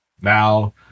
Now